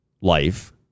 life